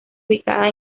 ubicada